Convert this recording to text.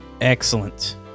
Excellent